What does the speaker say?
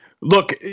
Look